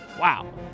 Wow